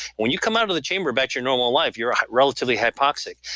when you come out of the chamber back to your normal life, you're relatively hypoxic.